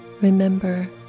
Remember